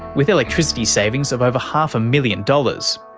with electricity savings of over half a million dollars.